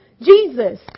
Jesus